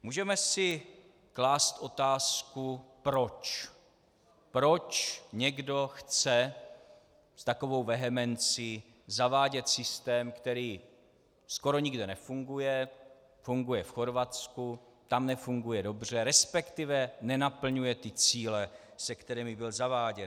Můžeme si klást otázku, proč někdo chce s takovou vehemencí zavádět systém, který skoro nikde nefunguje, funguje v Chorvatsku, tam nefunguje dobře, respektive nenaplňuje cíle, se kterými byl zaváděn.